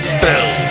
Spell